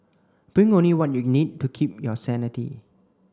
bring only what you need to keep your sanity